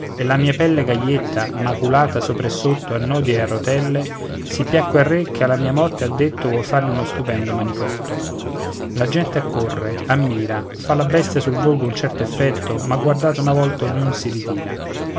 e la mia pelle gaietta maculata sopra e sotto a nodi ed a rotelle sì piacque al re che alla mia morte ha detto vuol farne uno stupendo manicotto la gente accorre ammira fa la bestia sul volgo un certo effetto ma guardata una volta ognuno si ritira